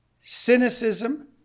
Cynicism